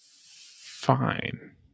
fine